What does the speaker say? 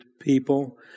people